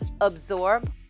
absorb